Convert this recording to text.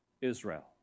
Israel